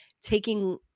taking